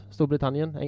Storbritannien